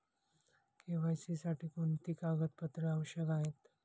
KYC साठी कोणती कागदपत्रे आवश्यक आहेत?